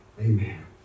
amen